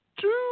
Two